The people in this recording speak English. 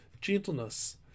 Gentleness